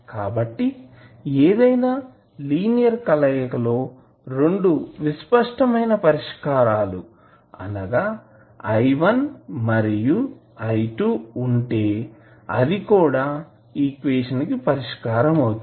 కాబట్టి ఏదైనా లినియర్ కలయిక లో రెండు విస్పష్టమైన పరిష్కారాలు అనగా i1 మరియు i2 ఉంటే అది కూడా ఈక్వేషన్ కి పరిష్కారం అవుతుంది